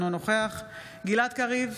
אינו נוכח גלעד קריב,